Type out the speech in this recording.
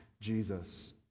Jesus